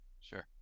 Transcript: Sure